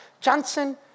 Johnson &